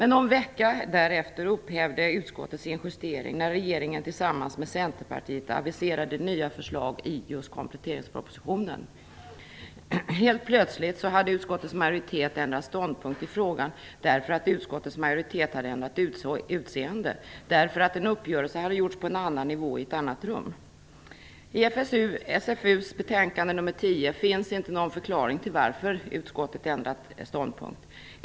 Någon vecka därefter upphävde utskottet sin justering när regeringen tillsammans med Centerpartiet aviserade nya förslag i just kompletteringspropositionen. Helt plötsligt hade utskottets majoritet ändrat ståndpunkt i frågan, därför att utskottets majoritet hade ändrat sammansättning, därför att en uppgörelse hade gjorts på en annan nivå, i ett annat rum. I SfU:s betänkande nr 10 finns inte någon förklaring till varför utskottet ändrat ståndpunkt.